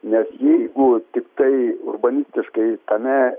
nes jeigu tiktai urbanistiškai tame